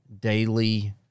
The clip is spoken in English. daily